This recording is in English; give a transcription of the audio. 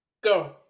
go